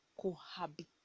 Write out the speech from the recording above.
cohabit